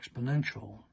exponential